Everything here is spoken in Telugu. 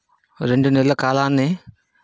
రెండు నెలల కాలాన్ని